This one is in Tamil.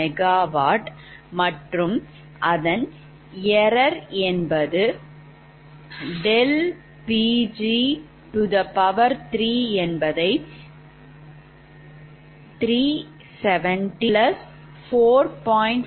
535MW மற்றும் இதன் error என்பது ∆Pg3704